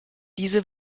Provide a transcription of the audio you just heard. diese